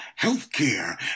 Healthcare